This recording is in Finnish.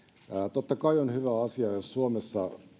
totta kai on hyvä asia jos suomessa